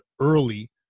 early